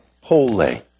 holy